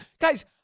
Guys